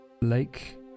Lake